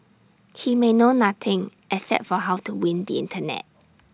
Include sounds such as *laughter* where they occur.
he may know nothing except for how to win the Internet *noise*